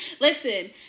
listen